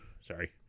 sorry